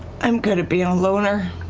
i'm going to be a loner.